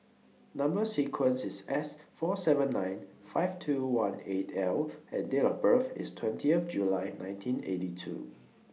Number sequence IS S four seven nine five two one eight L and Date of birth IS twentieth July nineteen eighty two